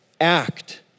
act